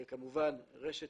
המשרד לבט"פ